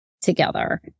together